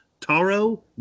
Taro